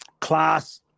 class